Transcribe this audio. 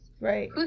Right